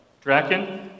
Draken